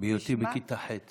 בהיותי בכיתה ח'.